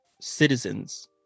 citizens